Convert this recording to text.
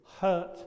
hurt